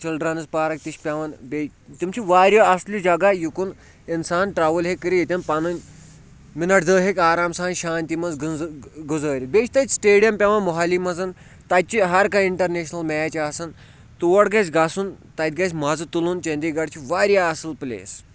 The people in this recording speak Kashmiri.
چِلڈرنٕز پارک تہِ چھِ پٮ۪وان بیٚیہِ تِم چھِ واریاہ اَصلہِ جگہ یُکُن اِنسان ٹرٛاوٕل ہیٚکہِ کٔرِتھ ییٚتٮ۪ن پَنٕنۍ مِنَٹ دٔہ ہیٚکہِ آرام سان شانتی منٛز گُزٲرِتھ بیٚیہِ چھِ تَتہِ سٕٹیڈیَم پٮ۪وان موہالی منٛز تَتہِ چھِ ہَر کانٛہہ اِنٹَرنیشنَل میچ آسان تور گژھِ گژھُن تَتہِ گَژھِ مَزٕ تُلُن چٔندی گڑھ چھِ واریاہ اَصٕل پٕلیس